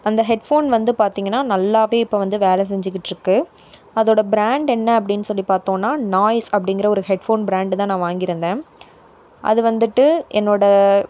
அந்த ஹெட்ஃபோன் வந்து பார்த்தீங்கனா நல்லா இப்போ வந்து வேலை செஞ்சிக்கிட்டு இருக்கு அதோட பிராண்ட் என்ன அப்படின்னு சொல்லி பாத்தோம்னா நாய்ஸ் அப்படிங்கிற ஒரு ஹெட்ஃபோன் பிராண்டு தான் நான் வாங்கியிருந்தேன் அது வந்துவிட்டு என்னோட